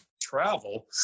travel